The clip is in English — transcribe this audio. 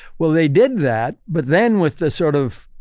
well, they did that but then with the sort of.